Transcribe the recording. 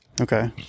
Okay